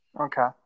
Okay